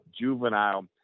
juvenile